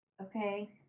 okay